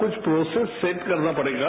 कुछ process set करना पड़ेगा